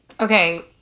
Okay